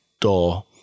door